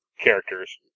characters